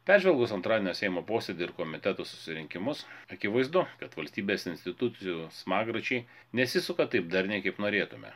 peržvelgus antradienio seimo posėdį ir komitetų susirinkimus akivaizdu kad valstybės institucijų smagračiai nesisuka taip darniai kaip norėtume